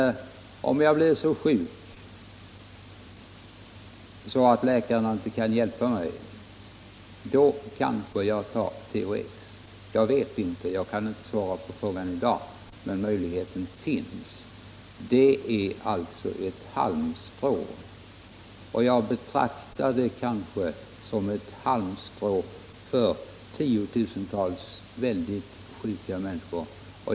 Men om jag blev så sjuk att läkarna inte kunde hjälpa mig, skulle jag kanske ta THX. Jag kan visserligen inte i dag direkt avgöra om jag skulle göra det, men möjligheten finns. Det är alltså fråga om ett halmstrå i en nödsituation, och jag betraktar THX som ett sådant för tiotusentals mycket sjuka människor.